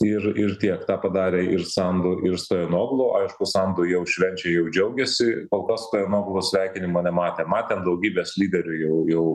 ir ir tiek tą padarė ir sandu ir stoianoglo aišku sandu jau švenčia jau džiaugiasi kol kas stoianoglo sveikinimo nematėm matėm daugybės lyderių jau jau